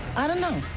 i don't know.